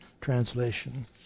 translation